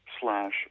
slash